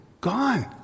gone